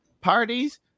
Parties